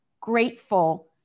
grateful